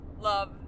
love